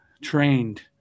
trained